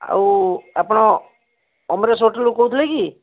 ଆଉ ଆପଣ ଅମରେଶ ହୋଟେଲ୍ରୁ କହୁଥିଲେ କି